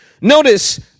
Notice